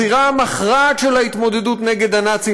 הזירה המכרעת של ההתמודדות נגד הנאצים